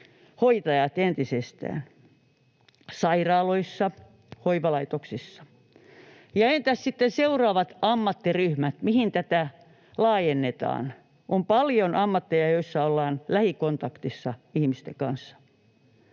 hoitajat entisestään. Ja entäs sitten seuraavat ammattiryhmät? Mihin tätä laajennetaan? On paljon ammatteja, joissa ollaan lähikontaktissa ihmisten kanssa.